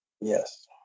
Yes